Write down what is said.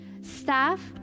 staff